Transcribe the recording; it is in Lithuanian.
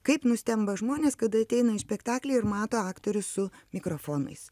kaip nustemba žmonės kada ateina į spektaklį ir mato aktorius su mikrofonais